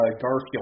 Garfield